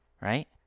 right